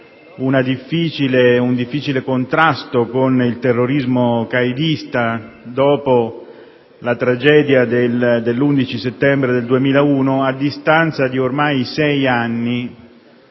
un difficile contrasto con il terrorismo qaedista, dopo la tragedia dell'11 settembre 2001, la situazione nel